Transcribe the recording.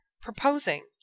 proposing